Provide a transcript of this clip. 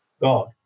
God